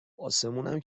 اسمونم